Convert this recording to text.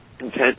intent